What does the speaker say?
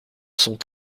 sont